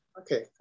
Okay